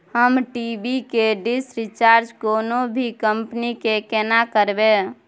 हम टी.वी के dish recharge कोनो भी कंपनी के केना करबे?